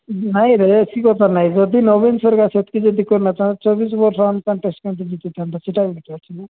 ନାଇଁ ରେ ସେ କଥା ନାହିଁ ଯଦି ନବୀନ ସରକାର ସେତ୍କି ଯଦି କରି ନ ଥାନ୍ତା ଚବିଶ ବର୍ଷ ଅନ୍କଣ୍ଟେଷ୍ଟ୍ କେମିତି ଜିତି ଥାଆନ୍ତା ସେଇଟା ବି ତ ଅଛି ନା